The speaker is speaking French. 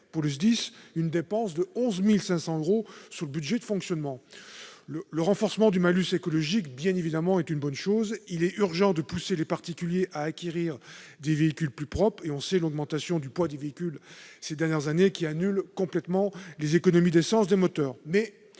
ainsi lieu à une dépense de 11 500 euros sur le budget de fonctionnement du SDIS. Le renforcement du malus écologique est évidemment positif, il est urgent de pousser les particuliers à acquérir des véhicules plus propres alors que l'on sait que l'augmentation du poids des véhicules ces dernières années annule complètement les économies d'essence dues aux moteurs.